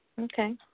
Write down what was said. Okay